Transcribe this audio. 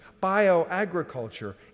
bio-agriculture